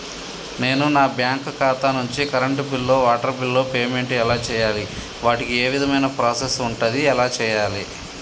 నేను నా బ్యాంకు ఖాతా నుంచి కరెంట్ బిల్లో వాటర్ బిల్లో పేమెంట్ ఎలా చేయాలి? వాటికి ఏ విధమైన ప్రాసెస్ ఉంటది? ఎలా చేయాలే?